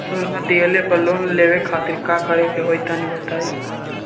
सोना दिहले पर लोन लेवे खातिर का करे क होई तनि बताई?